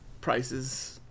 prices